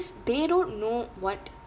they don't know what